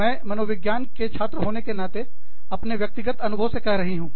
मैं मनोविज्ञान के छात्र होने के नातेअपने व्यक्तिगत अनुभव से कह रही हूँ